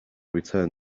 return